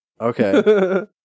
Okay